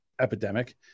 epidemic